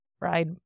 ride